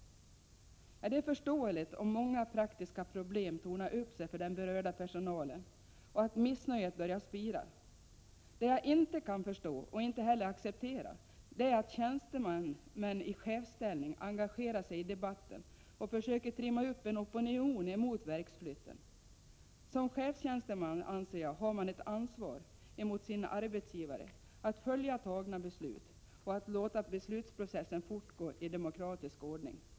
Det är förståeligt om många praktiska problem tornar upp sig för den berörda personalen och missnöjet börjar spira. Det jag inte kan förstå och inte heller accepterar är att tjänstemän i chefsställning engagerar sig i debatten och försöker trumma ihop en opinion emot verksflytten. Som chefstjänsteman har man ett ansvar emot sin arbetsgivare att följa tagna beslut och att låta beslutsprocessen fortgå i demokratisk ordning.